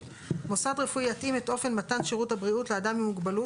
מוסד רפואי יתאים את אופן מתן שירות הבריאות לאדם עם מוגבלות